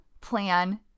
plan